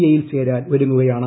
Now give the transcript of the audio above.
എയിൽ ചേരാൻ ഒരുങ്ങുകയാണ്